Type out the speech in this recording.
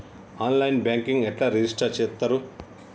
On line banking ఎట్లా register చేత్తరు?